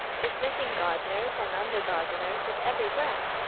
dismissing gardeners and under-gardeners with every breath.